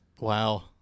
Wow